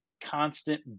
constant